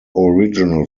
original